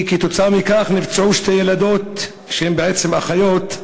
נפצעו שתי ילדות, שהן בעצם אחיות,